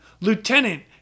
Lieutenant